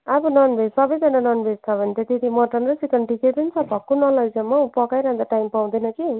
अब ननभेज सबैजना ननभेज छ भने त त्यति मटन र चिकन दुइवटै छ भक्कु नलैजाउँ हौ पकाइरहने टाइम पाउँदैन कि